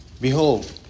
Behold